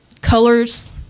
colors